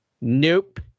Nope